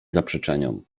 zaprzeczeniom